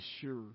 sure